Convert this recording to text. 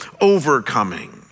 overcoming